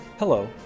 Hello